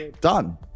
Done